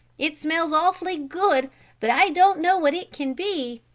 it smells awfully good but i don't know what it can be.